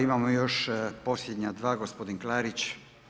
Imamo još posljednja dva, gospodin Klarić.